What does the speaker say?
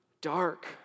dark